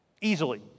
Easily